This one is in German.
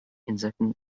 insekten